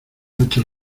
noche